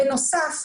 בנוסף,